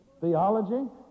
Theology